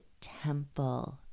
temple